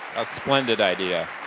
a splendid idea.